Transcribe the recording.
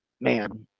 man –